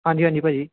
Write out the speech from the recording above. ਹਾਂਜੀ ਹਾਂਜੀ ਭਾਅ ਜੀ